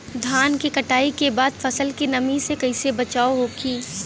धान के कटाई के बाद फसल के नमी से कइसे बचाव होखि?